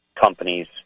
companies